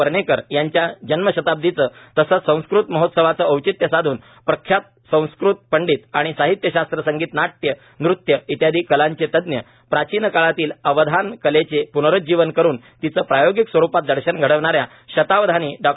वर्णेकर यांच्या जन्मशताब्दीचे तसेच संस्कृत महोत्सवाचे औचित्य साधून प्रख्यात संस्कृत पंडित आणि साहित्यशास्त्रा संगीत नाट्य नृत्य इत्यादी कलांचे तज्ज्ञ प्राचीन काळातील अवधान कलेचे पुनरुज्जीवन करून तिचे प्रायोगिक स्वरूपात दर्शन घडविणाऱ्या शतावधानी डॉ